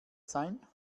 sein